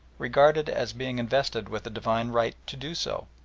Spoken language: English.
regarded as being invested with a divine right to do so,